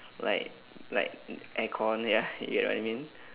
like like aircon ya you know what I mean